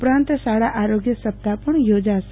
ઉપરાંત શાળા આરોગ્ય સપ્તાહ પણ યોજાશે